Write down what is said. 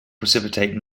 precipitate